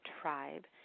Tribe